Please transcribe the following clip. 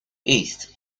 heath